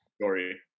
Story